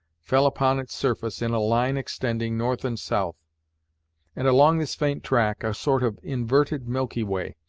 fell upon its surface in a line extending north and south and along this faint track, a sort of inverted milky way,